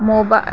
मोबा